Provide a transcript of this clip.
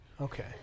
Okay